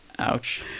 Ouch